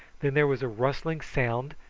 then there was a rustling sound,